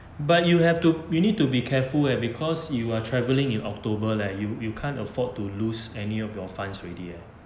but you have to you need to be careful because you are travelling in october leh you you can't afford to lose any of your funds already eh